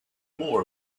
more